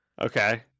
okay